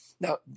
Now